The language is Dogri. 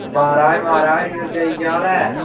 महाराज महाराज सूरजै केह् हाल ऐ